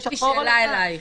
יש לי שאלה אלייך.